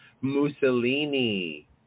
Mussolini